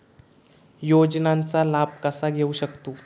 योजनांचा लाभ कसा घेऊ शकतू?